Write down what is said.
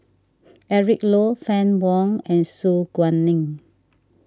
Eric Low Fann Wong and Su Guaning